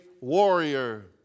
warrior